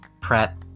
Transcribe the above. prep